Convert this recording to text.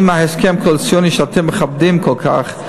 אם ההסכם הקואליציוני שאתם מכבדים כל כך,